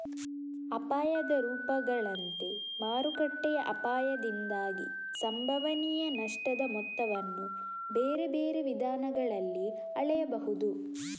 ಅಪಾಯದ ರೂಪಗಳಂತೆ ಮಾರುಕಟ್ಟೆಯ ಅಪಾಯದಿಂದಾಗಿ ಸಂಭವನೀಯ ನಷ್ಟದ ಮೊತ್ತವನ್ನು ಬೇರೆ ಬೇರೆ ವಿಧಾನಗಳಲ್ಲಿ ಅಳೆಯಬಹುದು